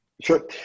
Sure